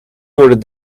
door